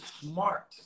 smart